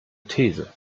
these